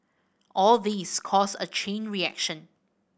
all these cause a chain reaction